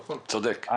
צודק.